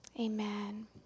amen